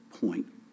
point